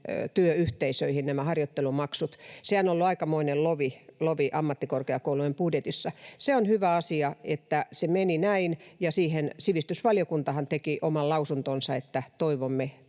työyhteisöihin. Sehän on ollut aikamoinen lovi ammattikorkeakoulujen budjetissa. On hyvä asia, että se meni näin, ja siihenhän sivistysvaliokunta teki oman lausuntonsa, että toivomme